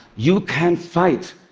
you can fight.